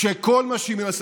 כשכל מה שהיא מנסה,